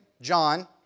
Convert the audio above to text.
John